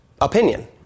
opinion